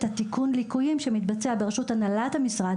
התיקון ליקויים שמתבצע ברשות הנהלת המשרד.